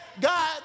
God